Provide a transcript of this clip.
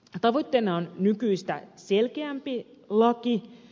tavoitteena on nykyistä selkeämpi laki